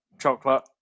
chocolate